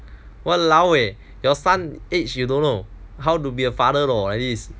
!walao! eh your son age you don't know how to be a father lor this